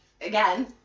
again